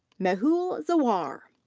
mehul zawar.